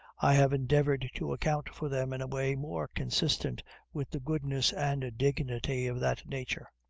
i have endeavored to account for them in a way more consistent with the goodness and dignity of that nature.